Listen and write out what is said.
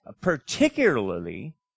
particularly